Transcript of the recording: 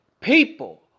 people